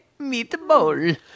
meatball